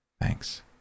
Thanks